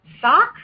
sock